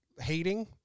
Hating